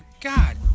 God